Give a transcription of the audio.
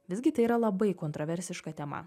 visgi tai yra labai kontroversiška tema